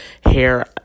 hair